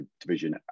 division